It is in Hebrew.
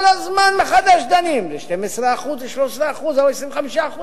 כל הזמן דנים מחדש, ל-12%, ל-13% או ל-25%.